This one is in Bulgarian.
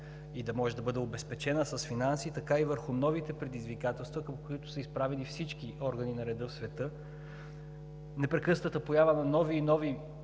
и да може да бъде обезпечена с финанси, така и върху новите предизвикателства, към които са изправени всички органи на реда в света – непрекъснатата поява на нови и нови